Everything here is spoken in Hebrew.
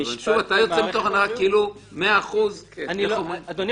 אתה יוצא מתוך הנחה כאילו 100% -- אדוני,